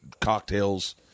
cocktails